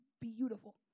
beautiful